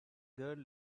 girl